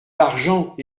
l’argent